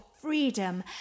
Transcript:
freedom